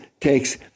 takes